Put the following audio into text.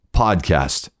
podcast